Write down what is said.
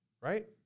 right